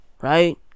Right